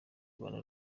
rwanda